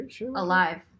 Alive